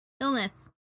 illness